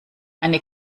eine